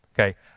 Okay